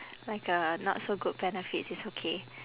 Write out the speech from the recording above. like a not so good benefits it's okay